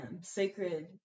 sacred